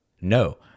No